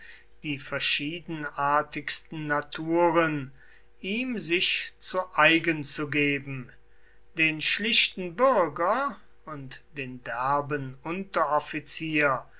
die verschiedenartigsten naturen ihm sich zu eigen zu geben den schlichten bürger und den derben unteroffizier